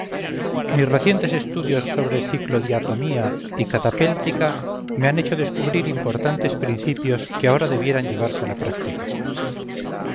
mis recientes estudios sobre cyclodiatomía y catapéltica me han hecho descubrir importantes principios que ahora debieran llevarse a la práctica